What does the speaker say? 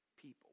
people